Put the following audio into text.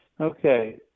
Okay